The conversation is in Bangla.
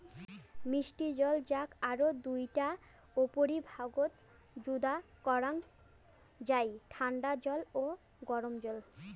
মিষ্টি জল যাক আরও দুইটা উপবিভাগত যুদা করাং যাই ঠান্ডা জল ও গরম জল